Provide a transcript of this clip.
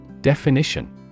Definition